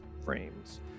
frames